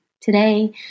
today